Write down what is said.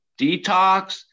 detox